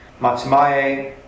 Matsumae